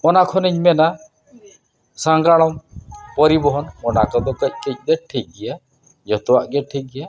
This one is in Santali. ᱚᱱᱟ ᱠᱷᱚᱱᱮᱧ ᱢᱮᱱᱟ ᱥᱟᱸᱜᱟᱲᱚᱢ ᱯᱚᱨᱤᱵᱚᱦᱚᱱ ᱚᱱᱟ ᱠᱚᱫᱚ ᱠᱟᱹᱡᱼᱠᱟᱹᱡ ᱫᱚ ᱴᱷᱤᱠ ᱜᱮᱭᱟ ᱡᱚᱛᱚᱣᱟᱜ ᱜᱮ ᱴᱷᱤᱠ ᱜᱮᱭᱟ